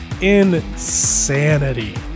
Insanity